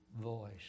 voice